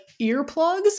earplugs